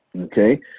Okay